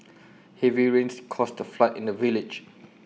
heavy rains caused A flood in the village